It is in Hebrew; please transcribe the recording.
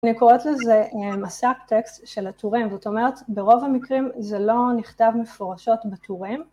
אני קוראת לזה הסאב-טקסט של הטורים, זאת אומרת, ברוב המקרים זה לא נכתב מפורשות בטורים.